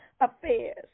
affairs